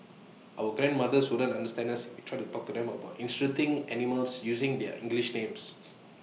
our grandmothers wouldn't understand us if we tried to talk to them about interesting animals using their English names